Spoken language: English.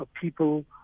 people